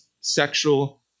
sexual